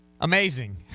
amazing